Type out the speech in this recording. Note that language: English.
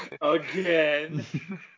again